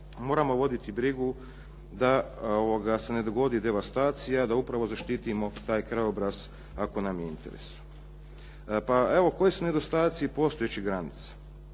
moramo voditi brigu da se ne dogodi devastacija, da upravo zaštitimo taj krajobraz ako nam je u interesu. Pa evo, koji su nedostaci postojećih granica?